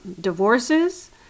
divorces